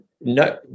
no